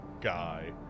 guy